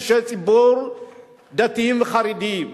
אישי ציבור דתיים וחרדים,